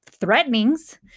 threatenings